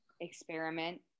experiment